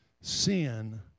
Sin